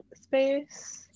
space